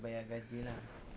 oh